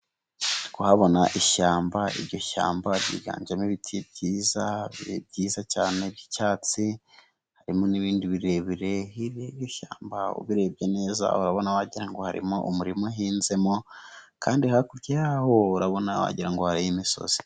Ndi kuhabona ishyamba, iryo shyamba ryiganjemo ibiti byiza cyane by'icyatsi, harimo n'ibindi birebire hirya y'ishyamba, ubirebye neza urabona wagira ngo harimo umurima uhinzemo kandi hakurya urabona wagira ngo hari imisozi.